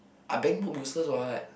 ah bank book useless what